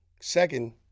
Second